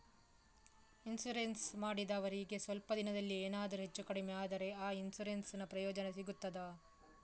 Insurance ಮಾಡಿದವರಿಗೆ ಸ್ವಲ್ಪ ದಿನದಲ್ಲಿಯೇ ಎನಾದರೂ ಹೆಚ್ಚು ಕಡಿಮೆ ಆದ್ರೆ ಆ ಇನ್ಸೂರೆನ್ಸ್ ನ ಪ್ರಯೋಜನ ಸಿಗ್ತದ?